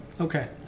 Okay